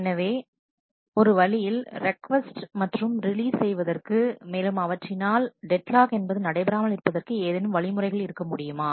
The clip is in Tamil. எனவே ஒரு வழியில் ரெக் கோஸ்ட் மற்றும் ரிலீஸ் செய்வதற்கு மேலும் அவற்றினால் டெட் லாக் என்பது நடைபெறாமல் இருப்பதற்கு ஏதேனும் வழிமுறைகள் இருக்க முடியுமா